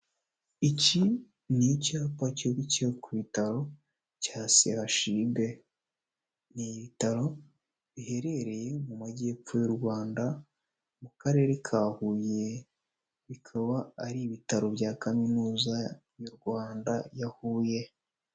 Iki ni icyapa cyubikiye ku bitaro cya CHUB, ni ibiitaro biherereye mu majyepfo y'u Rwanda mu karere ka Huye, bikaba ari ibitaro bya Kaminuza y'u Rwanda ya Huye.